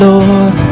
Lord